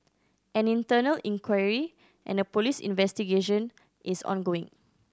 an internal inquiry and a police investigation is ongoing